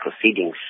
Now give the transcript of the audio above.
proceedings